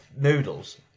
noodles